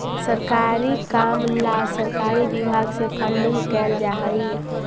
सरकारी काम ला सरकारी विभाग से फंडिंग कैल जा हई